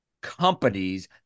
companies